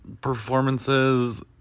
performances